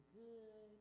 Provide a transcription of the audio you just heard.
good